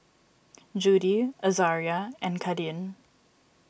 Judie Azaria and Kadin